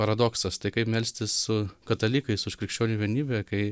paradoksas tai kaip melstis su katalikais už krikščionių vienybę kai